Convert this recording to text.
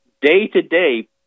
day-to-day